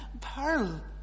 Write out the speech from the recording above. pearl